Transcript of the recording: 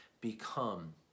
become